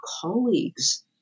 colleagues